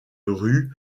rue